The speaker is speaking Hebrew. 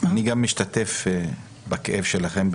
אני גם משתתף בכאב שלכם.